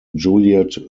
juliet